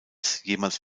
jemals